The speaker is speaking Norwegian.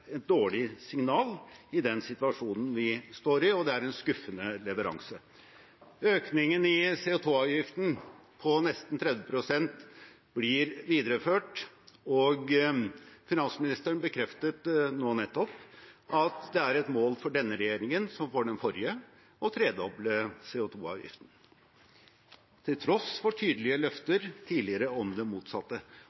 et dårlig signal i den situasjonen vi står i, og det er en skuffende leveranse. Økningen i CO 2 -avgiften på nesten 30 pst. blir videreført, og finansministeren bekreftet nå nettopp at det er et mål for denne regjeringen, som for den forrige, å tredoble CO 2 -avgiften, til tross for tydelige